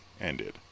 ended